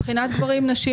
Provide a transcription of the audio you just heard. מבחינת גברים-נשים,